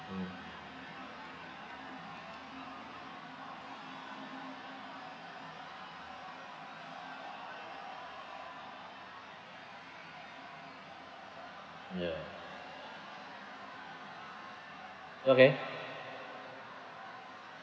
mm ya okay